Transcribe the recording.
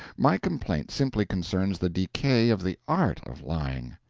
my complaint simply concerns the decay of the art of lying.